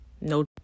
no